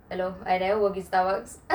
hello I never work at Starbucks